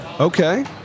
Okay